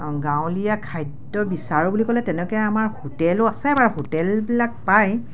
গাঁৱলীয়া খাদ্য বিচাৰোঁ বুলি ক'লে তেনেকে আমাৰ হোটেলো আছে বাৰু হোটেলবিলাক পায়